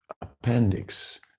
appendix